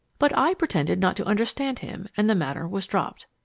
but i pretended not to understand him and the matter was dropped.